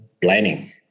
planning